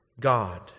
God